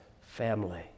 family